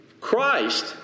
Christ